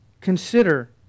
Consider